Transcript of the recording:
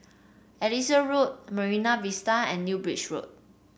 Elias Road Marine Vista and New Bridge Road